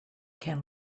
can